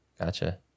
gotcha